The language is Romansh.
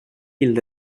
i’l